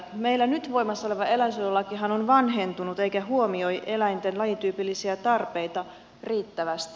meillä nyt voimassa oleva eläinsuojelulakihan on vanhentunut eikä huomioi eläinten lajityypillisiä tarpeita riittävästi